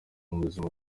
buzima